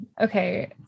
Okay